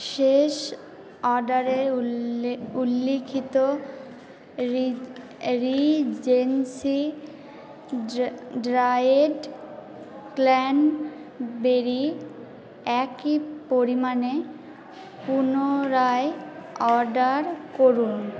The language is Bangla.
শেষ অর্ডারে উল্লে উল্লেখিত রিজেন্সি ড্রায়েড ক্র্যানবেরি একই পরিমাণে পুনরায় অর্ডার করুন